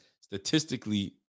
statistically